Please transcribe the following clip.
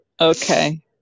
okay